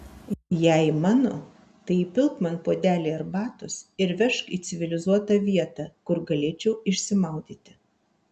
jei mano tai įpilk man puodelį arbatos ir vežk į civilizuotą vietą kur galėčiau išsimaudyti